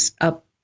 up